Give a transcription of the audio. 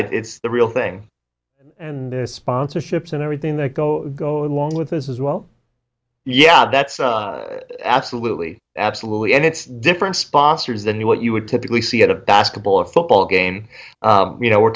school it's the real thing and the sponsorships and everything that go go along with this as well yeah that's absolutely absolutely and it's different sponsors than what you would typically see at a basketball or football game you know we're